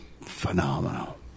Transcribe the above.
Phenomenal